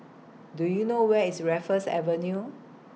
Do YOU know Where IS Raffles Avenue